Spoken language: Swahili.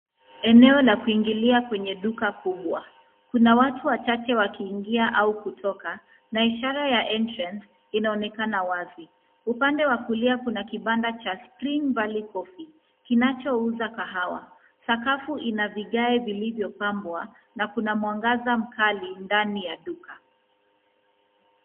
Eneo la kuingilia kwenye duka kubwa. Kuna watu wachache wakiingia au kutoka na ishara ya entrance inaonekana wazi. Upande wa kulia kuna kibanda cha Spring Valley Coffee kinachouza kahawa. Sakafu ina vigae vilivyopambwa na kuna mwangaza mkali ndani ya duka.